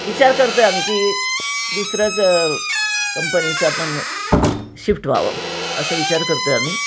विचार करतो आहोत आम्ही की दुसऱ्याच कंपनीचं आपण शिफ्ट व्हावं असं विचार करतो आहे आम्ही